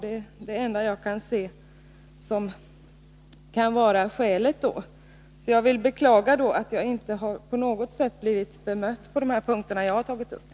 Det är det enda skäl som jag kan se. Jag beklagar att jag inte på något sätt blivit bemött på de punkter som jag har tagit upp.